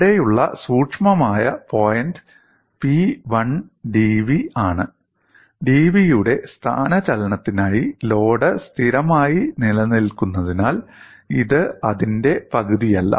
ഇവിടെയുള്ള സൂക്ഷ്മമായ point P1 dv ആണ് dv യുടെ സ്ഥാനചലനത്തിനായി ലോഡ് സ്ഥിരമായി നിലനിൽക്കുന്നതിനാൽ ഇത് അതിന്റെ പകുതിയല്ല